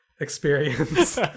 experience